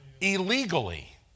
illegally